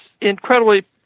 incredibly